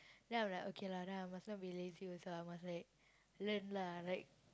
then I'm like okay lah then I must not be lazy also I must like learn lah like